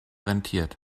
rentiert